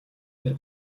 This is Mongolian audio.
дээр